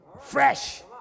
fresh